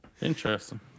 Interesting